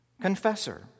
confessor